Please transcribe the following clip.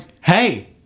hey